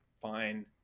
fine